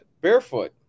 Barefoot